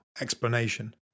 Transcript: explanation